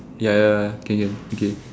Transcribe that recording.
ya ya can can okay